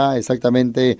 exactamente